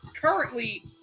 currently